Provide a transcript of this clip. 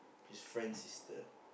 his friend sister